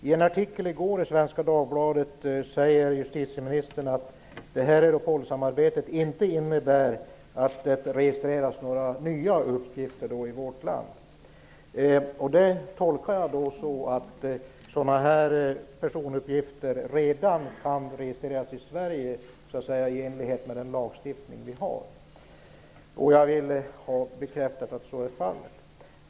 I en artikel i går i Svenska Dagbladet säger justitieministern att Europolsamarbetet inte innebär att några nya uppgifter registreras i vårt land. Det tolkar jag så att sådana här personuppgifter i enlighet med vår lagstiftning redan kan registreras i Sverige.